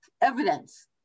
evidence